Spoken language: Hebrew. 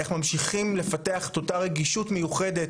איך ממשיכים לפתח את אותה רגישות מיוחדת